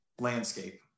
landscape